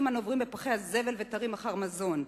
הנוברים בפחי הזבל ותרים אחרי מזון.